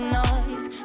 noise